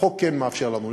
החוק כן מאפשר לנו,